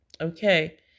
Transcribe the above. okay